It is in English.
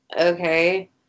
okay